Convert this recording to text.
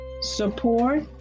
support